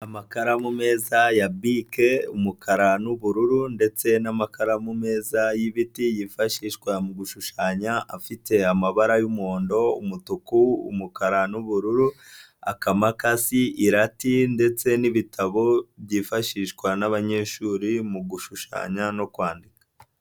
Amakaramu meza ya bike, umukara n'ubururu ndetse n'amakaramu meza y'ibiti, yifashishwa mu gushushanya, afite amabara y'umuhondo, umutuku, umukara n'ubururu, akamakasi, irati ndetse n'ibitabo byifashishwa n'abanyeshuri mu gushushanya no kwandika.